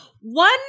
one